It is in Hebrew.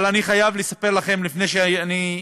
אבל אני חייב לספר לכם, לפני שאסיים,